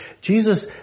Jesus